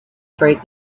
freight